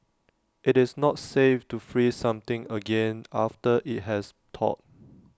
IT is not safe to freeze something again after IT has thawed